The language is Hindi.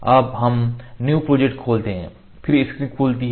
अब हम न्यू प्रोजेक्ट खोलते हैं फिर स्क्रीन खुलती है